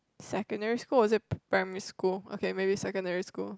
secondary school or is it primary school okay maybe secondary school